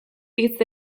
hitz